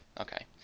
okay